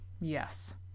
Yes